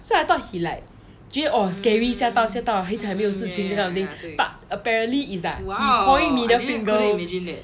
so I thought he like j~ or scary 吓到吓到还一直没有事情 this kind of thing but apparently is that he point middle finger